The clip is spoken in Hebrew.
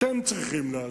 אתם צריכים להסביר,